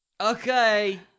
Okay